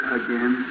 again